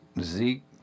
Zeke